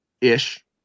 ish